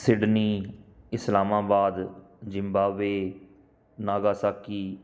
Sydney Islamabad Zimbabwe Nagasaki